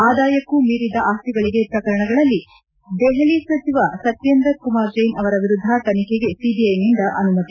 ಆದಾಯಕ್ಕೂ ಮೀರಿದ ಆಸ್ತಿಗಳಿಗೆ ಶ್ರಕರಣದಲ್ಲಿ ದೆಹಲಿ ಸಚಿವ ಸತ್ನೇಂದರ್ ಕುಮಾರ್ ಜೈನ್ ಅವರ ವಿರುದ್ದ ತನಿಖೆಗೆ ಸಿಬಿಐಯಿಂದ ಅನುಮತಿ